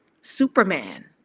Superman